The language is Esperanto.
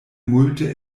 multe